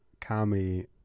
comedy